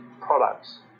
products